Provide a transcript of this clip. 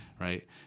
right